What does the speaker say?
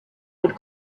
had